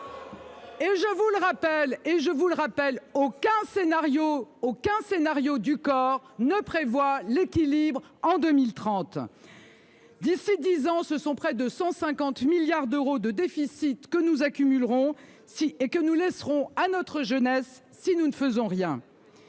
! Je vous le rappelle : aucun scénario du COR ne prévoit l'équilibre de notre système en 2030. D'ici à dix ans, ce sont près de 150 milliards d'euros de déficit que nous cumulerons et que nous laisserons à notre jeunesse si nous ne faisons rien.